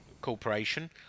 Corporation